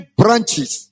branches